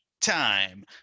time